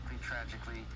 tragically